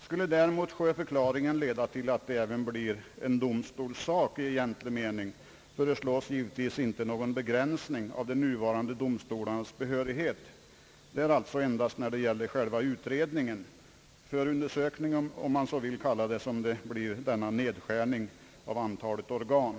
Skulle däremot sjöförklaringen leda till att det även blir en domstolssak i egentlig mening föreslås givetvis inte någon begränsning av de nuvarande domstolarnas behörighet. Det är alltså endast när det gäller själva utredningen, förundersökningen om man så vill kalla det, som det blir denna nedskärning av antalet organ.